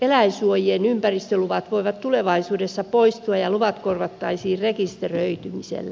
eläinsuojien ympäristöluvat voivat tulevaisuudessa poistua ja luvat korvattaisiin rekisteröitymisellä